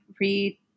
read